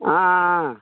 ஆ ஆ ஆ